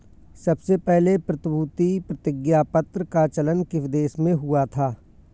सबसे पहले प्रतिभूति प्रतिज्ञापत्र का चलन किस देश में हुआ था?